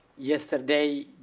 yesterday,